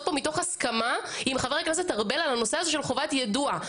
אותו מתוך הסכמה עם חבר הכנסת ארבל על הנושא הזה של חובת יידוע.